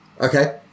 Okay